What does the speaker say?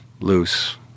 loose